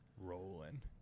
rolling